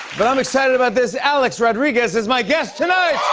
but i'm excited about this. alex rodriguez is my guest tonight!